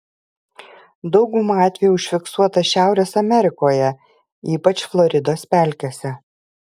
dauguma atvejų užfiksuota šiaurės amerikoje ypač floridos pelkėse